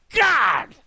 God